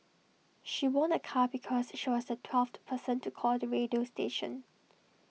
she won A car because she was the twelfth person to call the radio station